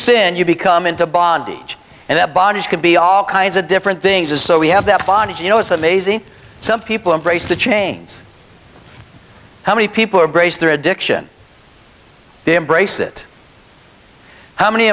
sin you become into bondage and that bondage could be all kinds of different things as so we have that body you know it's amazing some people embrace the chains how many people are braced their addiction they embrace it how many